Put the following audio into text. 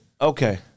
Okay